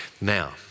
now